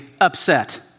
upset